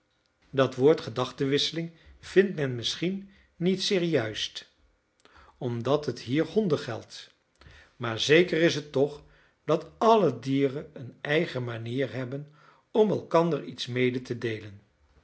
dat woord gedachtenwisseling vindt men misschien niet zeer juist omdat het hier honden geldt maar zeker is het toch dat alle dieren een eigen manier hebben om elkander iets mede te deelen